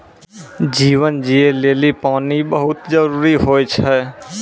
जीवन जियै लेलि पानी बहुत जरूरी होय छै?